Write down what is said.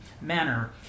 manner